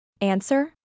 Answer